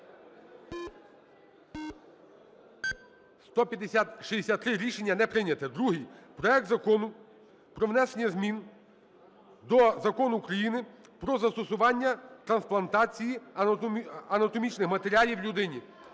За-163 Рішення не прийнято. Другий. Проект Закону про внесення змін Закону України "Про застосування трансплантації анатомічних матеріалів людині".